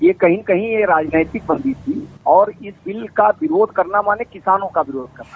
ये कही कहीं राजनैतिक बंदी थी और इस बिल का विरोध करना माने किसानों का विरोध करना